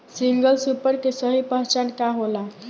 Single super के सही पहचान का होला?